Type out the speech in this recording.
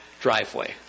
driveway